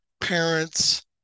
parents